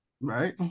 Right